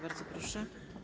Bardzo proszę.